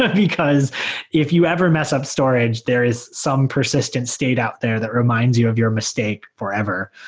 ah because if you ever mess up storage, there is some persistent state out there that reminds you of your mistake forever.